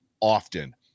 often